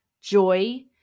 joy